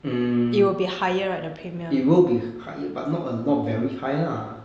hmm it will be hig~ higher but not err not very high lah